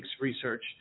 research